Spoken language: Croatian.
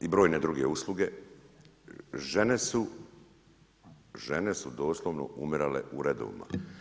i brojne druge usluge, žene su, žene su doslovno umirale u redovima.